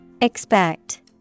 Expect